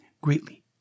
greatly